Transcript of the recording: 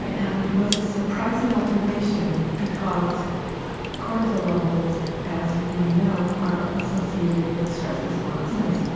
and it was a surprising observation, because cortisol levels, as you may know, are associated with stress responses,